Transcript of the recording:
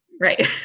Right